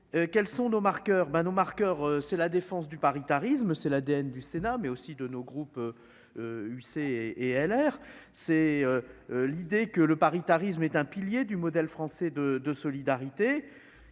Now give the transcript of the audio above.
quels sont nos marqueurs Mano marqueur, c'est la défense du paritarisme, c'est l'ADN du Sénat mais aussi de nos groupe UC et à LR, c'est l'idée que le paritarisme est un pilier du modèle français de de solidarité,